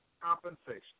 compensation